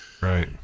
Right